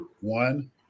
one